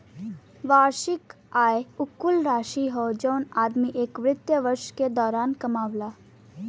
वार्षिक आय उ कुल राशि हौ जौन आदमी एक वित्तीय वर्ष के दौरान कमावला